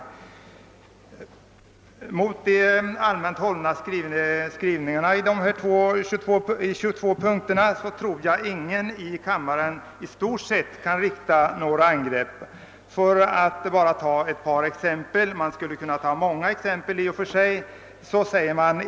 Ingen här i kammaren vill väl i stort sett rikta några angrepp mot den allmänt hållna skrivningen i motionens 22 punkter. Jag skall här inte orda om dem alla utan nämner bara ett par.